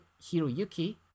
Hiroyuki